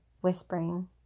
whispering